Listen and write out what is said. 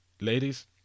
ladies